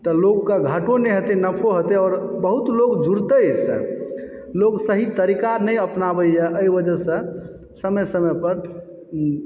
त लोकके घटो नहि हेतय नफो हेतय आओर बहुत लोग जुरति एहिसँ लोग सही तरीका नहि अपनाबैए एहि वजहसँ समय समय पर